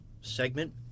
segment